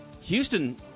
Houston